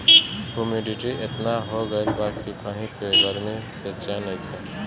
humidity एतना हो गइल बा कि कही पे गरमी से चैन नइखे